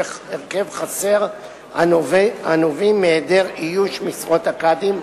חסר הנובעים מהיעדר איוש משרות הקאדים,